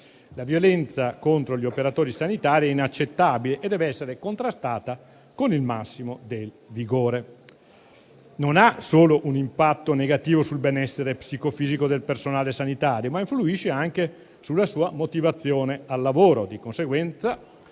La violenza contro gli operatori sanitari è inaccettabile e deve essere contrastata con il massimo del vigore. Non ha solo un impatto negativo sul benessere psicofisico del personale sanitario, ma influisce anche sulla sua motivazione al lavoro;